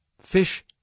fish